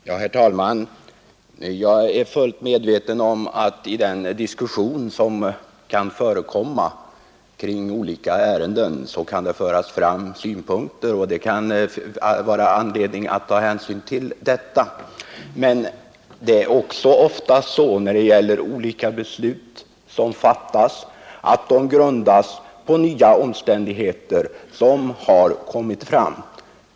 Herr talman! Jag är fullt medveten om att i den diskussion som förekommer kring olika ärenden kan det föras fram synpunkter som det kan vara anledning att ta hänsyn till. Men det är också ofta så när det gäller olika beslut som fattas, att de grundas på nya omständigheter som har kommit fram.